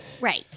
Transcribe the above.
Right